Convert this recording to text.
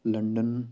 London